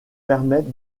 permettre